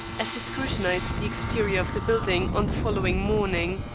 as he scrutinized the exterior of the building on the following morning.